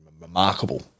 remarkable